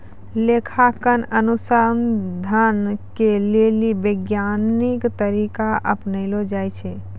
लेखांकन अनुसन्धान के लेली वैज्ञानिक तरीका अपनैलो जाय छै